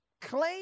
Claim